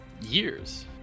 years